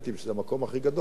וזה המקום הכי גדול.